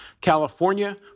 California